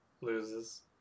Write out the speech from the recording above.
loses